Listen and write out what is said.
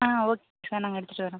ஆ okay sir நாங்கள் எடுத்துகிட்டு வரோம்